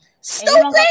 Stupid